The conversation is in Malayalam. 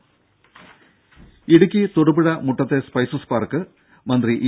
രും ഇടുക്കി തൊടുപുഴ മുട്ടത്തെ സ്പൈസസ് പാർക്ക് മന്ത്രി ഇ